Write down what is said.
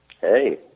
Hey